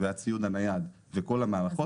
הציוד הנייד וכל המערכות.